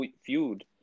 feud